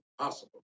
possible